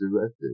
arrested